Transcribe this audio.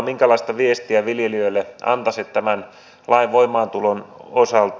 minkälaista viestiä viljelijöille antaisitte tämän lain voimaantulon osalta